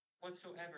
whatsoever